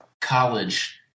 college